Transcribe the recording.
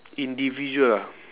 individual ah